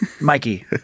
Mikey